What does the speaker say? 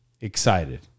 excited